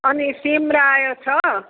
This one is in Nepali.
अनि सिमरायो छ